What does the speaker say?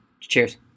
Cheers